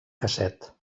casset